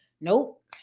Nope